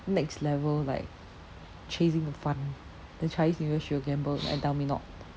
next level like chasing the fun then chinese new year she will gamble and tell me not